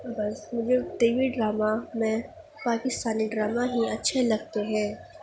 بس مجھے TV drama میں پاکستانی ڈرامہ ہی اچھے لگتے ہیں